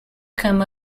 come